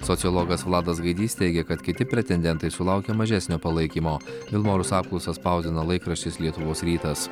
sociologas vladas gaidys teigia kad kiti pretendentai sulaukia mažesnio palaikymo vilmorus apklausas spausdina laikraštis lietuvos rytas